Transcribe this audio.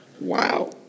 Wow